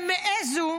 הם העזו.